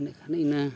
ᱤᱱᱟᱹᱜ ᱠᱷᱟᱱ ᱤᱱᱟᱹ